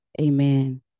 amen